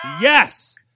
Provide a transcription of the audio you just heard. Yes